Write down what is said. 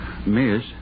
Miss